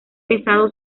pesado